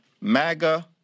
MAGA